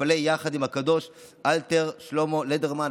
פאלי יחד עם הקדוש אלתר שלמה לדרמן,